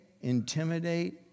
intimidate